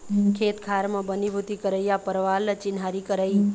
खेत खार म बनी भूथी करइया परवार ल चिन्हारी करई